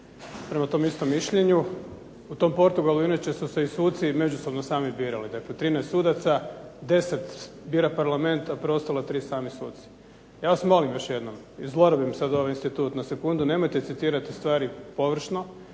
prema tom istom mišljenju u tom Portugalu inače su se i suci međusobno sami birali. Dakle, 13 sudaca, 10 bira Parlament, a preostala 3 sami suci. Ja vas molim još jednom, jer zlorabim sad ovaj institut na sekundu. Nemojte citirati stvari površno.